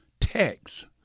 text